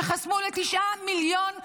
שחסמו לתשעה מיליון אזרחים,